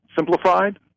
simplified